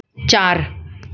चार